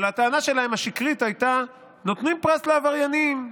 אבל הטענה שלהם השקרית הייתה: נותנים פרס לעבריינים,